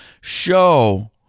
show